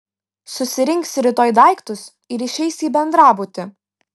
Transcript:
susirinksi rytoj daiktus ir išeisi į bendrabutį